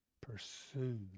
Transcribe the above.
pursue